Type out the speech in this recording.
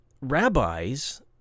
rabbis